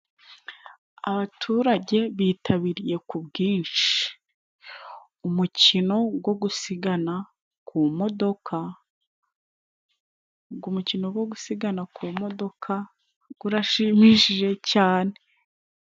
Abaturage bitabiriye ku bwinshi umukino go gusigana ku modoka. Ugo mukino go gusigan ku modoka gurashimishije cyane.